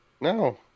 no